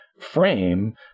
frame